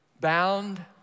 bound